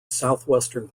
southwestern